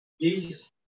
Jesus